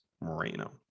moreno